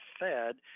fed